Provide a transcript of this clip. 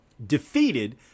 Defeated